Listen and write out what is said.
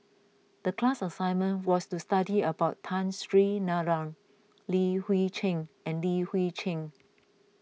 the class assignment was to study about Tun Sri Lanang Li Hui Cheng and Li Hui Cheng